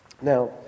Now